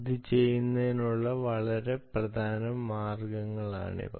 ഇത് ചെയ്യുന്നതിനുള്ള വളരെ പ്രധാന മാർഗങ്ങളാണിവ